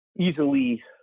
easily